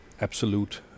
absolute